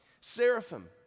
Seraphim